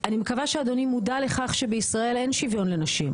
אני מקווה שאדוני מודע לכך שבישראל אין שוויון לנשים.